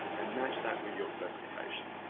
and match that with your specification.